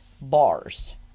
bars